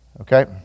okay